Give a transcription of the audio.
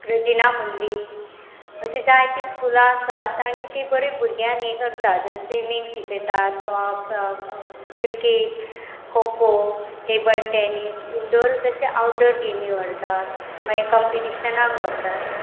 रजिना मंदी अशी जायतीं स्कुलां आसात आणी तीं बरीं भुरग्यांक हें करतात स्विमींग शिकयतात वा cricket kho kho table tennis indoor तशें आवटडोर गेमी व्हरतात मागीर कंपिटिशनाक व्हरतात